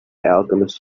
alchemist